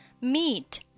Meet